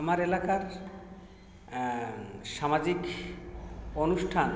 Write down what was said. আমার এলাকার সামাজিক অনুষ্ঠান